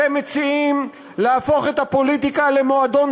אתם מציעים להפוך את הפוליטיקה למועדון